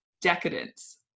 decadence